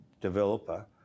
developer